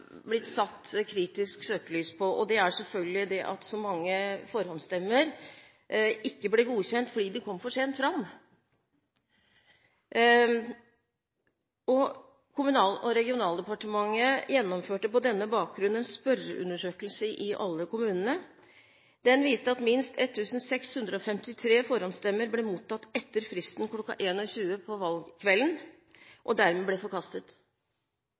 blitt satt kritisk søkelys på. Det er selvfølgelig det at så mange forhåndsstemmer ikke ble godkjent fordi de kom for sent fram. Kommunal- og regionaldepartementet gjennomførte på denne bakgrunn en spørreundersøkelse i alle kommunene. Den viste at minst 1 653 forhåndsstemmer ble mottatt etter fristen kl. 21 valgkvelden, og dermed ble forkastet.